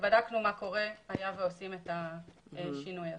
ובדקנו מה היה קורה אם עושים את השינוי הזה.